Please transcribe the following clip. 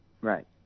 Right